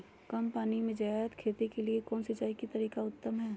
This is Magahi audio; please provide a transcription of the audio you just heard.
कम पानी में जयादे खेती के लिए कौन सिंचाई के तरीका उत्तम है?